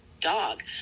dog